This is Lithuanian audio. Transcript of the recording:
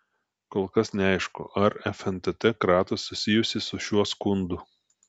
kol kas neaišku ar fntt kratos susijusios ir su šiuo skundu